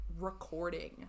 recording